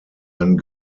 ein